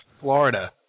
Florida